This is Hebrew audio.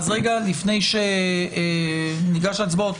אז רגע לפני שניגש להצבעות,